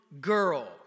girl